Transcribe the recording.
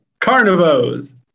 carnivores